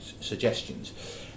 suggestions